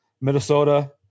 Minnesota